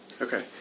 Okay